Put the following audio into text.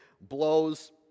blows